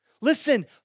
Listen